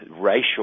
racial